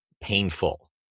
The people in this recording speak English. painful